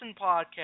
podcast